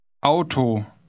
Auto